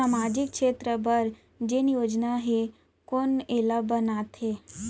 सामाजिक क्षेत्र बर जेन योजना हे कोन एला बनाथे?